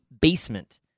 basement